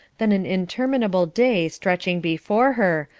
then an interminable day stretching before her,